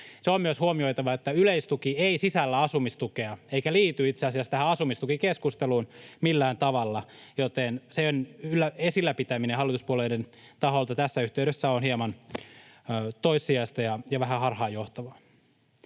on myös huomioitava, että yleistuki ei sisällä asumistukea eikä liity itse asiassa tähän asumistukikeskusteluun millään tavalla, joten sen esillä pitäminen hallituspuolueiden taholta tässä yhteydessä on hieman toissijaista ja vähän harhaanjohtavaa.